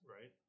right